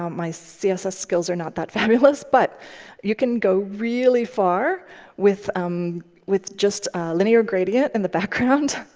um my css skills are not that fabulous, but you can go really far with um with just a linear gradient in the background,